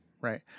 right